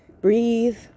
Breathe